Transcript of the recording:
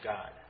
God